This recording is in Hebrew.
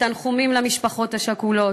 ותנחומים למשפחות השכולות.